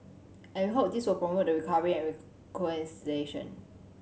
and we hope this will promote the recovery and